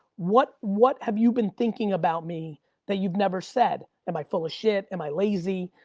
what what have you been thinking about me that you've never said? am i full of shit, am i lazy,